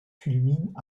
culminent